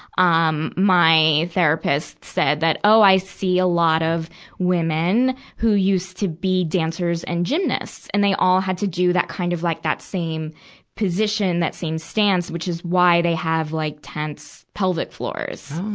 um, my therapist said that, oh, i see a lot of women who used to be dancers and gymnasts, and they all have to do that kind of like that same position, that same stance, which is why they have, like, tense pelvic floors.